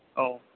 औ